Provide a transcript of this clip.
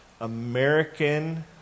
American